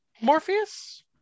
Morpheus